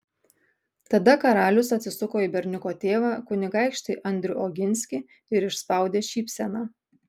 tada karalius atsisuko į berniuko tėvą kunigaikštį andrių oginskį ir išspaudė šypseną